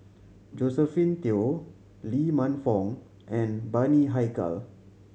Josephine Teo Lee Man Fong and Bani Haykal